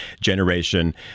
generation